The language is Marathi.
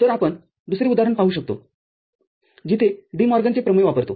तरआपण दुसरे उदाहरण पाहू शकतो जिथे डिमॉर्गनचे प्रमेय वापरतो